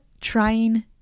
trying